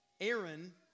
Aaron